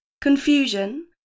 confusion